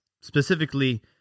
specifically